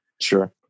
Sure